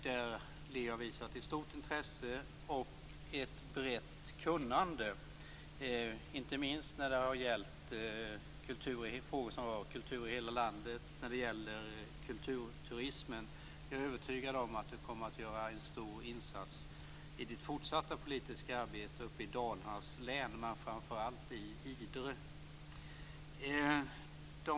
Leo har visat ett stort intresse och ett brett kunnande, inte minst i frågor som rör kultur i hela landet och kulturturismen. Jag är övertygad om att du kommer att göra en stor insats i ditt fortsatta politiska arbete uppe i Dalarnas län men framför allt i Idre.